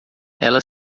ela